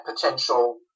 potential